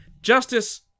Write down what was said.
Justice